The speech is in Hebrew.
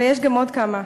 ויש גם עוד כמה.